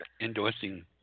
endorsing